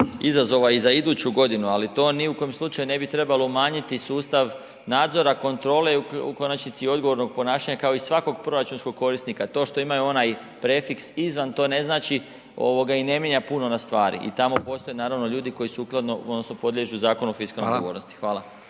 izazova i za iduću godinu, ali to ni u kom slučaju ne bi trebalo umanjiti sustav nadzora kontrole, u konačnici i odgovornog ponašanja kao i svakog proračunskog korisnika, to što imaju onaj prefiks „izvan“ to ne znači i ne mijenja puno na stvari i tamo postoje naravno ljudi koji sukladno odnosno podliježu Zakonu o fiskalnoj …/Upadica: